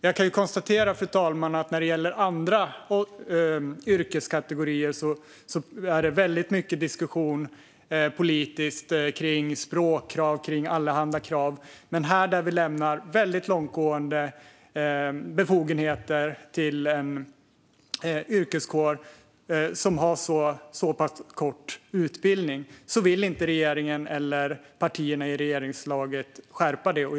Jag kan konstatera att det för andra yrkeskategorier finns väldigt mycket diskussioner politiskt om språkkrav och allehanda krav. Men här, där vi lämnar långtgående befogenheter till en yrkeskår som har en så pass kort utbildning, vill regeringen och partierna i regeringsunderlaget inte skärpa kraven.